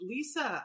Lisa